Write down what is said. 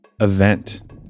event